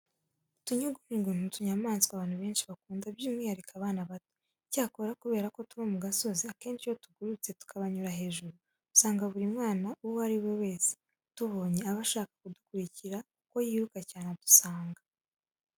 Utunyugunyugu ni utunyamaswa abantu benshi bakunda by'umwihariko abana bato. Icyakora kubera ko tuba mu gasozi akenshi iyo tugurutse tukabanyura hejuru usanga buri mwana uwo ari we wese utubonye aba ashaka kudukurikira kuko yiruka cyane adusanga.